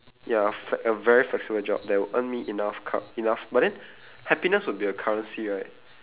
ya a fl~ a very flexible job that will earn me enough curr~ enough but then happiness will be a currency right